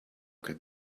could